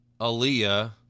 Aaliyah